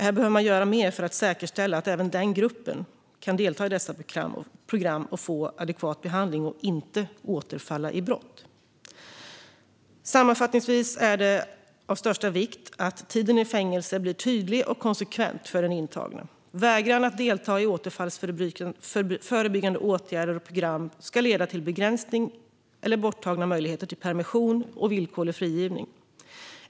Här behöver mer göras för att säkerställa att även den gruppen kan delta i dessa program, få adekvat behandling och inte återfalla i brott. Sammanfattningsvis är det av största vikt att tiden i fängelse blir tydlig och konsekvent för den intagne. Vägran att delta i återfallsförebyggande åtgärder och program ska leda till begränsade eller borttagna möjligheter till permission och till villkorlig frigivning.